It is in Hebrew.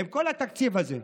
עם כל התקציב הזה,